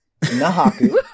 Nahaku